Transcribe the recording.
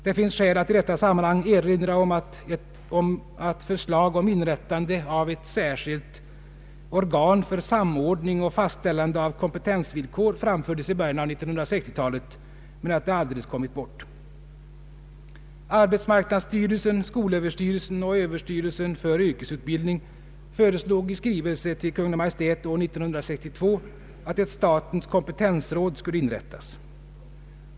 Det finns skäl att i detta sammanhang erinra om att förslag om inrättande av ett särskilt organ för samordning och fastställande av kompetensvillkor framfördes i början av 1960-talet men att det alldeles kommit bort. Arbetsmarknadsstyrelsen, skolöverstyrelsen och överstyrelsen för yrkesutbildning föreslog i skrivelse till Kungl. Maj:t år 1962 att ett statens kompetensråd skulle inrättas.